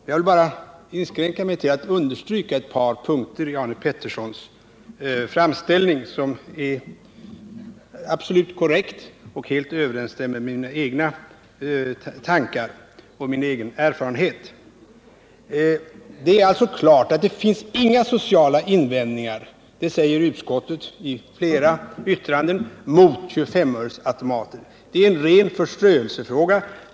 Jag vill inskränka mig till att understryka ett par punkter i Arne Petterssons framställning, som är absolut korrekt och helt överensstämmer med mina egna tankar och min egen erfarenhet. Det är alltså klart att det inte finns några sociala invändningar mot 25 öresautomaterna — det säger utskottet i flera yttranden — utan detta är en ren förströelsefråga.